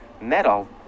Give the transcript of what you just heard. metal